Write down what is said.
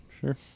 sure